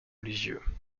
religieux